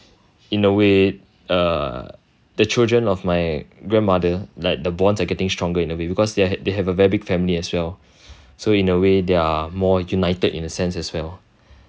in a way err the children of my grandmother like the bonds are getting stronger in a way because they hav~ they have a very big family as well so in a way they're more united in the sense as well